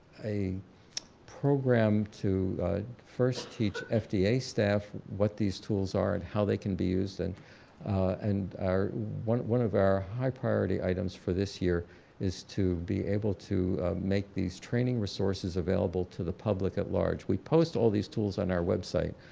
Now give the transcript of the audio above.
a program to first teach fda staff what these tools are and how they can be used and and one one of our high priority items for this year is to be able to make these training resources available to the public at large, we post all these tools on our website,